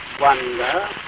wonder